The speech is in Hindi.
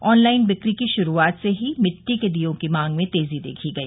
ऑनलाइन बिक्री की शुरूआत से ही मिट्टी के दीयों की मांग में तेजी देखी गई